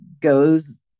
goes